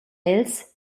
els